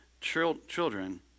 children